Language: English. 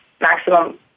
maximum